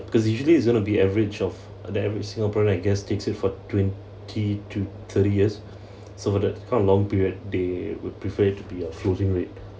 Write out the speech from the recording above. cause usually it's going to be average of the average singaporean I guess takes it for twenty to thirty years somewhat kind of a long period they would prefer it to be a floating rate